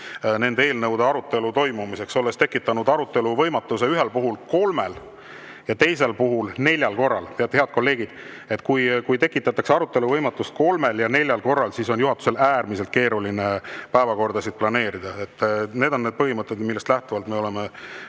nende eelnõude arutelu toimumise vastu. Nad on tekitanud ühe eelnõu puhul arutelu võimatuse kolmel korral ja teise eelnõu puhul neljal korral. Head kolleegid, kui tekitatakse arutelu võimatus kolmel ja neljal korral, siis on juhatusel äärmiselt keeruline päevakordasid planeerida. Need on need põhimõtted, millest lähtuvalt me oleme